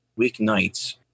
weeknights